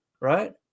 right